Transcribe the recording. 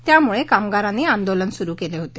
त्यामुळे कामगारांनी आंदोलन सुरू केले होते